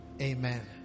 Amen